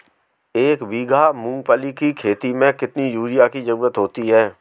एक बीघा मूंगफली की खेती में कितनी यूरिया की ज़रुरत होती है?